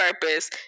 purpose